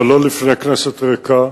אבל לא לפני כנסת ריקה,